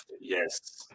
Yes